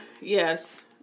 Yes